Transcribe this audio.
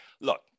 look